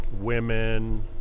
women